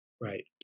Right